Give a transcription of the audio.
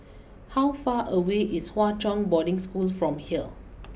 how far away is Hwa Chong Boarding School from here